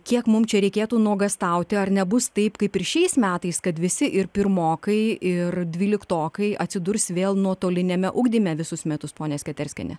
kiek mum čia reikėtų nuogąstauti ar nebus taip kaip ir šiais metais kad visi ir pirmokai ir dvyliktokai atsidurs vėl nuotoliniame ugdyme visus metus ponia sketerskiene